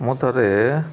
ମୁଁ ଥରେ